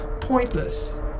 pointless